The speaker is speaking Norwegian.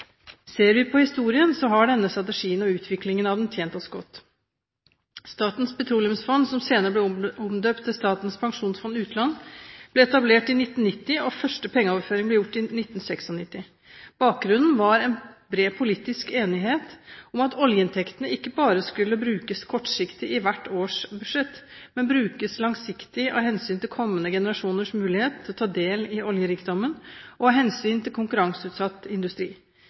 Ser vi på historien, har denne strategien og utviklingen av den tjent oss godt. Statens petroleumsfond, som senere ble omdøpt til Statens pensjonsfond utland, ble etablert i 1990, og første pengeoverføring ble gjort i 1996. Bakgrunnen var en bred politisk enighet om at oljeinntektene ikke bare skulle brukes kortsiktig i hvert års budsjett, men brukes langsiktig av hensyn til kommende generasjoners mulighet til å ta del i oljerikdommen og av hensyn til konkurranseutsatt industri.